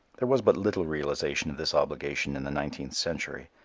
there was but little realization of this obligation in the nineteenth century.